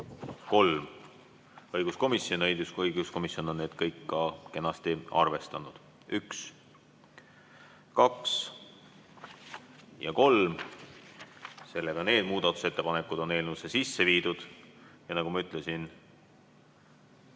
ja õiguskomisjon on neid kõiki ka kenasti arvestanud. Üks, kaks ja kolm. Need muudatusettepanekud on eelnõusse sisse viidud. Ja nagu ma ütlesin ...